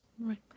right